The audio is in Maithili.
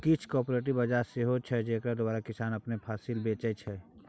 किछ कॉपरेटिव बजार सेहो छै जकरा द्वारा किसान अपन फसिल बेचै छै